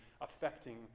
affecting